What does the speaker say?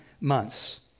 months